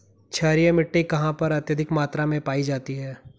क्षारीय मिट्टी कहां पर अत्यधिक मात्रा में पाई जाती है?